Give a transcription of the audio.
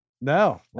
No